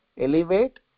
elevate